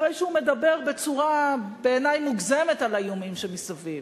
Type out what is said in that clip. אחרי שהוא מדבר בצורה בעיני מוגזמת על האיומים שמסביב,